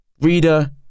Reader